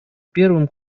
первым